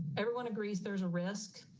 everyone agrees, there's a risk.